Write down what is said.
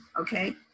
okay